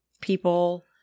people